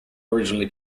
originally